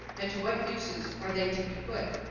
and to what uses are they to be put.